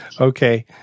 Okay